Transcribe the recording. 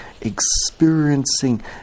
experiencing